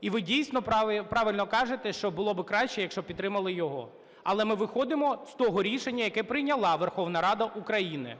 і ви, дійсно, правильно кажете, що було б краще, щоб підтримали його. Але ми виходимо з того рішення, яке прийняла Верховна Рада України.